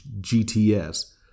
GTS